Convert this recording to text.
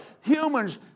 humans